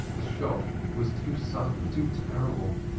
the shock was too sudden, too terrible.